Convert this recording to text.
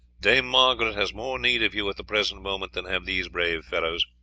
dame margaret has more need of you at the present moment than have these brave fellows.